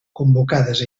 convocades